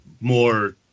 more